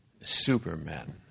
supermen